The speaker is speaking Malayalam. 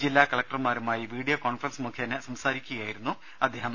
ജില്ലാ കലക്ടർമാരുമായി വീഡിയോ കോൺഫറൻസ് മുഖേന സംസാരിക്കുകയായിരുന്നു അദ്ദേഹം